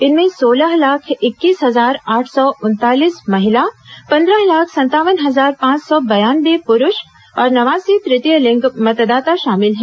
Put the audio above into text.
इनमें सोलह लाख इक्कीस हजार आठ सौ उनतालीस महिला पंद्रह लाख संतावन हजार पांच सौ बयानवे पुरूष और नवासी तृतीय लिंग मतदाता शामिल हैं